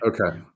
Okay